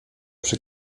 przy